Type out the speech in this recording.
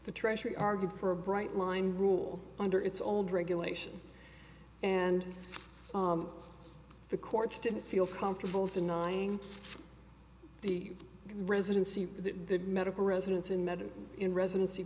the treasury argued for a bright line rule under its own regulations and the courts didn't feel comfortable denying the residency the medical residents in metal in residency